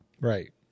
Right